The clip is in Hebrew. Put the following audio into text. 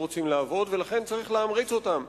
רוצים לעבוד ולכן צריכים להמריץ אותם: